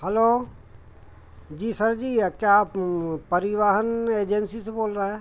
hello ji sir ji क्या आप परिवहन एजेंसी से बोल रहे